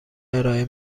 ارائه